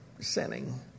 sinning